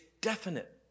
definite